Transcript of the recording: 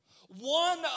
One